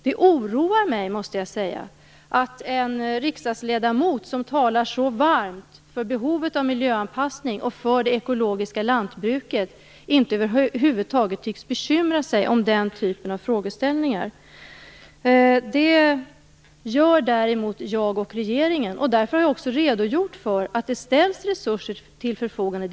Jag måste säga att det oroar mig att en riksdagsledamot som talar så varmt för behovet av miljöanpassning och för det ekologiska lantbruket över huvud taget inte tycks bekymra sig om den typen av frågeställningar. Det gör däremot jag och regeringen. Jag har därför också redogjort för att det ställs resurser till förfogande.